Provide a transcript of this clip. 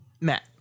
Matt